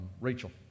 Rachel